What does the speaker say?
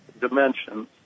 dimensions